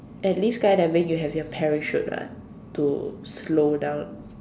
at least skydiving you have your parachute [what] to slow down